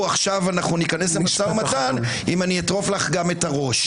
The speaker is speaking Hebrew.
עכשיו ניכנס למשא ומתן אם אני אטרוף לך גם את הראש.